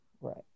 Right